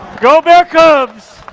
go bear cubs!